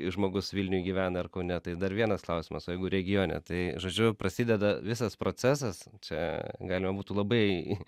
jei žmogus vilniuj gyvena ar kaune tai dar vienas klausimas o jeigu regione tai žodžiu prasideda visas procesas čia galima būtų labai